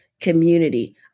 community